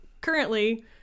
currently